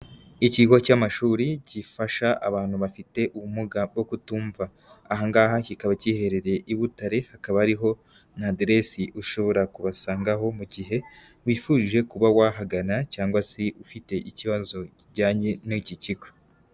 Ikigo cy'amashuri gifasha abantu bafite ubumuga bwo kutumva, aha ngaha kikaba kiherereye i Butare, hakaba hariho na aderesi ushobora kubasangaho mu gihe wifurije kuba wahagana cyangwa se ufite ikibazo kijyanye n'iki kigo.